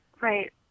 Right